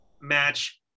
match